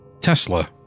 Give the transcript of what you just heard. Tesla